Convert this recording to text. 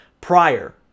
prior